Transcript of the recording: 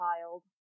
child